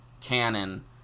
canon